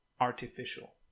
artificial